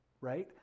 right